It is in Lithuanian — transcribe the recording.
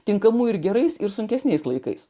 tinkamų ir gerais ir sunkesniais laikais